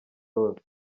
hose